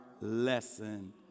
lesson